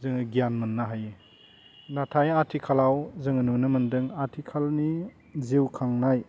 जोङो गियान मोन्नो हायो नाथाय आथिखालाव जोङो नुनो मोन्दों आथिखालनि जिउ खांनाय